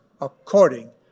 According